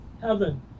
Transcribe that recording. heaven